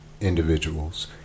individuals